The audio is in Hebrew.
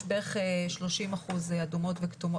יש בערך 30% אדומות וכתומות,